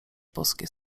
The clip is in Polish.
boskie